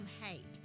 hate